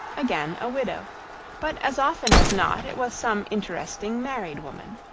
again a widow but as often as not it was some interesting married woman.